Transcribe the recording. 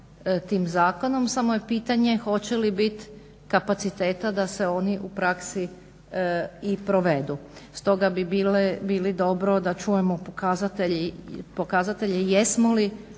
tim zakonom, samo je pitanje hoće li bit kapaciteta da se oni u praksi i provedu. Stoga bi bilo dobro da čujemo pokazatelje jesmo li